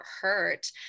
hurt